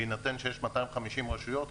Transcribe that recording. בהינתן שיש 250 רשויות,